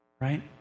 Right